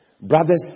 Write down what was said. Brothers